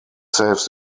save